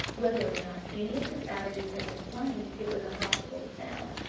whether or not any of the savages had been slain, it was impossible to tell,